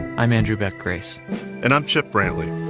i'm andrew beck grace and i'm chip brantley